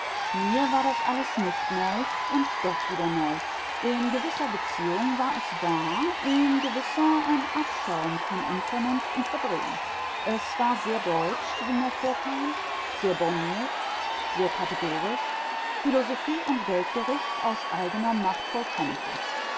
mir war das alles nicht neu und doch wieder neu in gewisser beziehung war es wahr in gewisser ein abschaum von unvernunft und verdrehung es war sehr deutsch wie mir vorkam sehr borniert sehr kategorisch philosophie und weltgericht aus eigener machtvollkommenheit